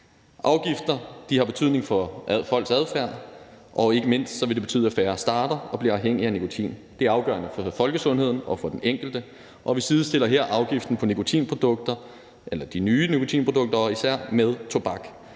Afgifter har betydning for folks adfærd, og ikke mindst vil det betyde, at færre starter og bliver afhængige af nikotin. Det er afgørende for folkesundheden og for den enkelte, og vi sidestiller her afgiften på nikotinprodukter eller især